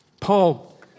Paul